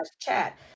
chat